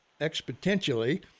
exponentially